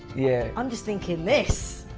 yeah. oh, i'm just thinking this.